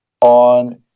on